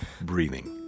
breathing